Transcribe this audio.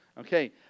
Okay